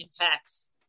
impacts